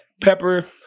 pepper